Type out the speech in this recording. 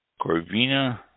Corvina